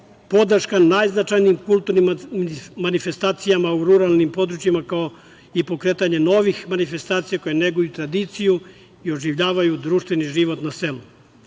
podrška najznačajnijim kulturnim manifestacijama u ruralnim područjima, kao i pokretanje novih manifestacija koje neguju tradiciju i oživljavaju društveni život na selu;